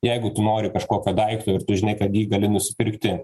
jeigu tu nori kažkokio daikto tu žinai kad jį gali nusipirkti